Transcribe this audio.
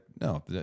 no